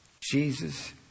Jesus